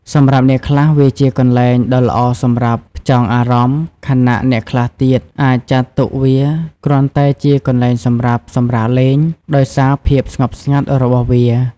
សម្រាប់អ្នកខ្លះ វាជាកន្លែងដ៏ល្អសម្រាប់ ផ្ចង់អារម្មណ៍ ខណៈអ្នកខ្លះទៀតអាចចាត់ទុកវាគ្រាន់តែជាកន្លែងសម្រាប់ សម្រាកលេង ដោយសារភាពស្ងប់ស្ងាត់របស់វា។